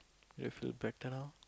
you feel better know